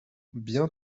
bien